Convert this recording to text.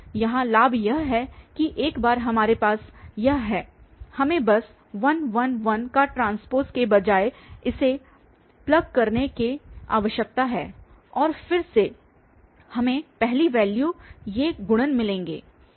यहां लाभ यह है कि एक बार हमारे पास यह है हमें बस 1 1 1T के बजाय इसे प्लग करने की आवश्यकता है और फिर से हमें अगली वैल्यूस ये गुणन मिलेंगे